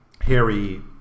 Harry